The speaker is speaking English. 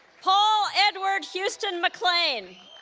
paul edward huston mcclean